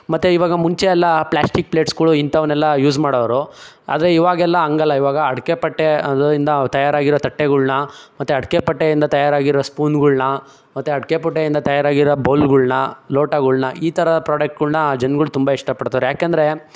ಮತ್ತೆ ಈವಾಗ ಮುಂಚೆ ಎಲ್ಲ ಪ್ಲಾಸ್ಟಿಕ್ ಪ್ಲೇಟ್ಸ್ಗಳು ಇಂಥವನ್ನೆಲ್ಲ ಯೂಸ್ ಮಾಡೋರು ಆದರೆ ಈವಾಗೆಲ್ಲ ಹಾಗಲ್ಲ ಈವಾಗ ಅಡಕೆಪಟ್ಟೆ ಅದರಿಂದ ತಯಾರಾಗಿರೊ ತಟ್ಟೆಗಳ್ನ ಮತ್ತು ಅಡಕೆಪಟ್ಟೆಯಿಂದ ತಯಾರಾಗಿರೊ ಸ್ಪೂನುಗಳ್ನ ಮತ್ತು ಅಡಕೆಪಟ್ಟೆಯಿಂದ ತಯಾರಾಗಿರೊ ಬೌಲ್ಗಳ್ನ ಲೋಟಗಳ್ನ ಈ ಥರ ಪ್ರಾಡಕ್ಟ್ಗಳ್ನ ಜನ್ಗಳು ತುಂಬ ಇಷ್ಟಪಡ್ತವ್ರೆ ಯಾಕೆಂದರೆ